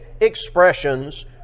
expressions